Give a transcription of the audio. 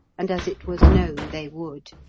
and as it was known they would.